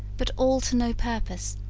but all to no purpose,